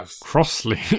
crossly